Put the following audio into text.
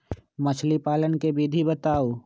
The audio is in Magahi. मछली पालन के विधि बताऊँ?